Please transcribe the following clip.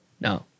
No